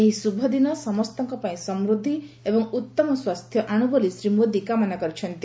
ଏହି ଶୁଭଦିନ ସମସ୍ତଙ୍କପାଇଁ ସମୃଦ୍ଧି ଏବଂ ଉଉମ ସ୍ୱାସ୍ଥ୍ୟ ଆଣୁ ବୋଲି ଶ୍ରୀ ମୋଦି କାମନା କରିଛନ୍ତି